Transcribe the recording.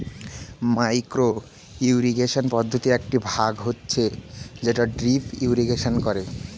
micro irrigation পদ্ধতির একটি ভাগ হচ্ছে যেটা ড্রিপ ইরিগেশন করে